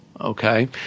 Okay